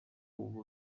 uba